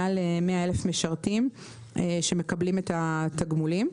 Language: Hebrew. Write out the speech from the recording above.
מעל 100,000 משרתים שמקבלים את התגמולים.